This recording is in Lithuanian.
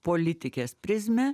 politikės prizmę